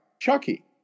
Chucky